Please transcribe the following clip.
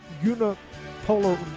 unipolar